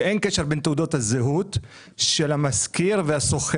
שבו אין קשר בין תעודות הזהות של המשכיר והשוכר.